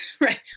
right